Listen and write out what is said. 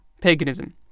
paganism